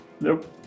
Nope